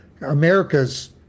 America's